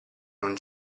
non